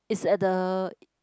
it's at the